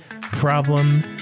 problem